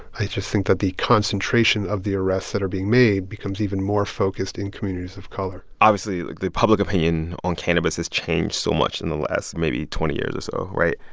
i just think that the concentration of the arrests that are being made becomes even more focused in communities of color obviously, like the public opinion on cannabis has changed so much in the last, maybe, twenty years or so, right?